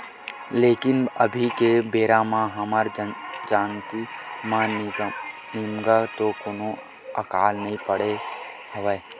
लेकिन अभी के बेरा म हमर जानती म निमगा तो कोनो अकाल नइ पड़े हवय